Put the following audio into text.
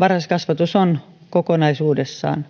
varhaiskasvatus on kokonaisuudessaan